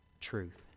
truth